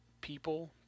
people